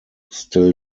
still